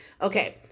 Okay